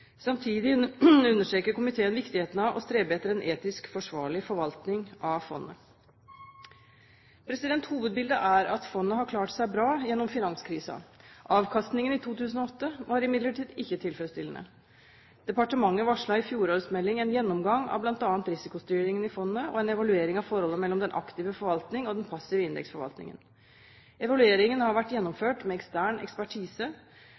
Samtidig understreker komiteen viktigheten av å strebe etter en etisk forsvarlig forvaltning av fondet. Hovedbildet er at fondet har klart seg bra gjennom finanskrisen. Avkastningen i 2008 var imidlertid ikke tilfredsstillende. Departementet varslet i fjorårets melding en gjennomgang av bl.a. risikostyringen i fondet og en evaluering av forholdet mellom den aktive forvaltning og den passive indeksforvaltningen. Evalueringen har vært gjennomført med ekstern ekspertise,